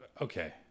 Okay